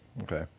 Okay